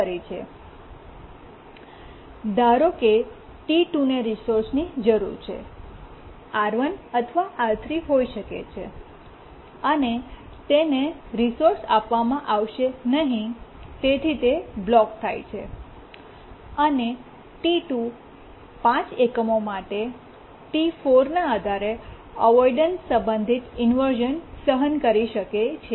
ધારો કે T 2 ને રિસોર્સની જરૂર છે R1 અથવા R3 હોઈ શકે છે અને તેને રિસોર્સ આપવામાં આવશે નહીં તેથી તે બ્લોક થાય છેઅને T2 5 એકમો માટે T4 ના આધારે અવોઇડન્સ સંબંધિત ઇન્વર્શ઼ન સહન કરી શકે છે